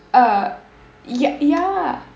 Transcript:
uh ye~ ya